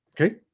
okay